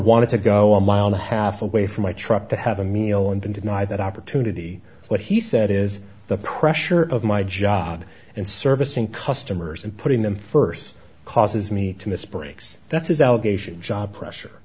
wanted to go on mile and a half away from my truck to have a meal and been denied that opportunity what he said is the pressure of my job and servicing customers and putting them first causes me to miss breaks that's his allegation job pressure